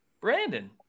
Brandon